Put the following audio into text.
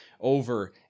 over